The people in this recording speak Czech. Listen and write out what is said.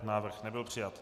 Návrh nebyl přijat.